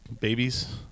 Babies